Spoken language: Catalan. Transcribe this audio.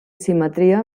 simetria